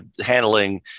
handling